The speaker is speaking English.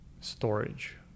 storage